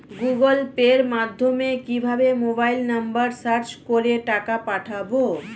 Google পের মাধ্যমে কিভাবে মোবাইল নাম্বার সার্চ করে টাকা পাঠাবো?